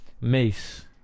Mace